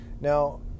Now